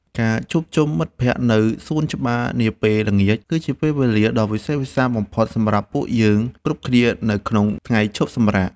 ការជួបជុំមិត្តភក្តិនៅសួនច្បារនាពេលល្ងាច គឺជាពេលវេលាដ៏វិសេសវិសាលបំផុតសម្រាប់ពួកយើងគ្រប់គ្នានៅក្នុងថ្ងៃឈប់សម្រាក។